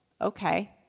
okay